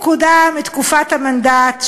פקודה מתקופת המנדט,